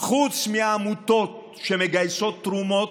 חוץ מעמותות שמגייסות תרומות,